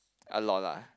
a lot lah